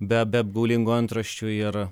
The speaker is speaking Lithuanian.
be apgaulingų antraščių ir